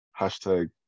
Hashtag